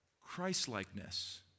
Christlikeness